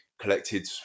collected